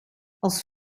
als